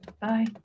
Bye